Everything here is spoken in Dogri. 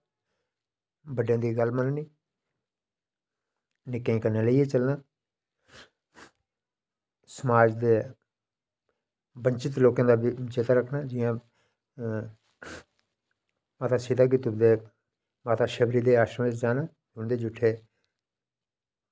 बड्डें दी गल्ल मननी निक्कें ई कन्नै लेइयै चलना समाज दे वंचित लोकें दा बी चेता रक्खना जियां माता सीता गी तुपदे माता शबरी दे आश्रम बिच जाना उंदे जूठे